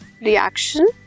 reaction